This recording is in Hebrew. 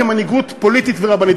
כמנהיגות פוליטית ורבנית,